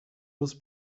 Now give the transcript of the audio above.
was